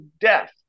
death